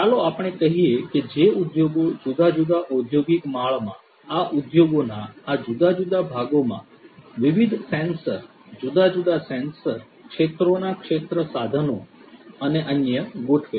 ચાલો આપણે કહીએ કે જે ઉદ્યોગો જુદા જુદા ઔદ્યોગિક માળમાં આ ઉદ્યોગોના આ જુદા જુદા ભાગોમાં વિવિધ સેન્સર જુદા જુદા સેન્સર ક્ષેત્રોના ક્ષેત્ર સાધનો અને અન્ય ગોઠવે છે